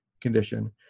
condition